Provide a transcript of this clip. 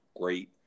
great